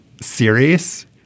series